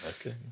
Okay